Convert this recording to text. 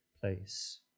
place